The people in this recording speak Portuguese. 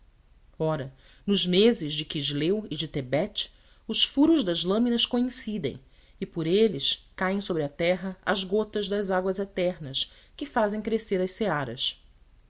ora nos meses de quisleu e de tebé os furos das lâminas coincidem e por eles caem sobre a terra as gotas das águas eternas que fazem crescer as searas